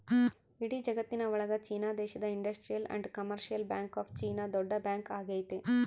ಇಡೀ ಜಗತ್ತಿನ ಒಳಗ ಚೀನಾ ದೇಶದ industrial and commercial bank of China ದೊಡ್ಡ ಬ್ಯಾಂಕ್ ಆಗೈತೆ